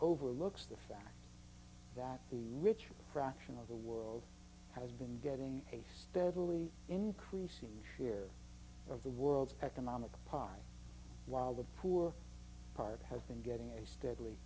overlooks the fact that the richer fraction of the world has been getting a steadily increasing here of the world's economic pie while the poor part has been getting a steadily